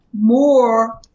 more